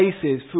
places